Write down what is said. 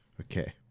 Okay